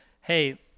hey